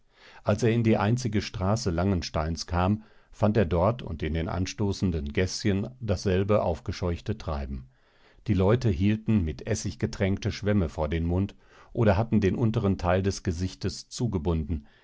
als er in die einzige straße langensteins kam fand er dort und in den anstoßenden gäßchen dasselbe aufgescheuchte treiben die leute hielten mit essig getränkte schwämme vor den mund oder hatten den unteren teil des gesichtes zugebunden